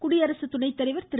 குடியரசுத் துணைத்தலைவர் திரு